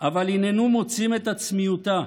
אבל היננו מוצאים את עצמיותה,